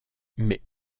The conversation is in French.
mais